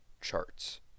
charts